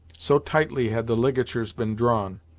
so tightly had the ligatures been drawn,